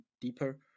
deeper